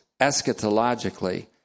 eschatologically